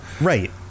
Right